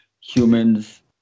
humans